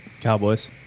Cowboys